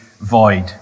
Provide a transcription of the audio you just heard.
void